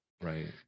Right